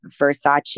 Versace